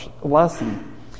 lesson